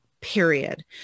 period